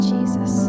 Jesus